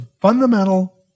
fundamental